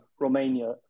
Romania